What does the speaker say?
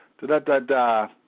Da-da-da-da